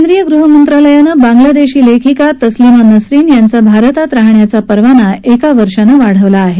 केंद्रीय गृहमंत्रालयानं बांगलादेशी लेखिका तस्लीमा नसरीन यांचा भारतात राहण्याचा परवाना एका वर्षानं वाढवला आहे